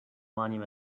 monument